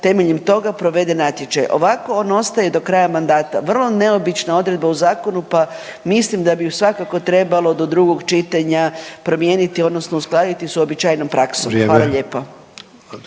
temeljem toga provede natječaj, ovako on ostaje do kraja mandata. Vrlo neobična odredba u zakonu, pa mislim da bi ju svakako trebalo do drugog čitanja promijeniti odnosno uskladiti sa uobičajenom praksom. Hvala lijepo.